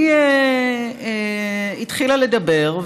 היא התחילה לדבר,